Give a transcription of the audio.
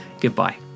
Goodbye